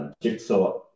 Jigsaw